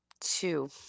two